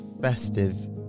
festive